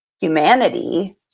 humanity